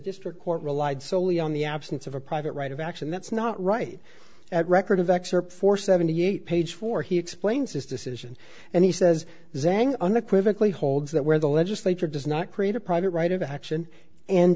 district court relied solely on the absence of a private right of action that's not right at record of excerpt four seventy eight page four he explains his decision and he says zang unequivocal holds that where the legislature does not create a private right of action and